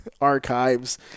archives